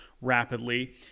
rapidly